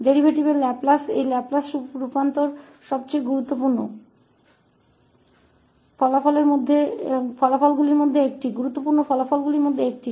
derivative का Laplace इस Laplace परिवर्तन में सबसे महत्वपूर्ण परिणामों में से एक है